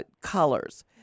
colors